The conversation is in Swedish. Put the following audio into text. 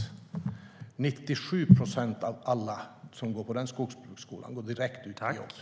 97 procent av alla som går där går direkt ut i jobb.